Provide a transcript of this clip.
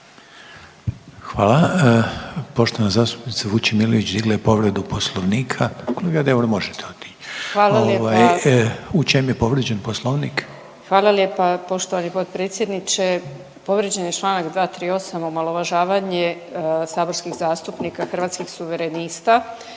lijepa poštovani potpredsjedniče. Povrijeđen je Članak 238. omalovažavanje saborskih zastupnika Hrvatski suverenista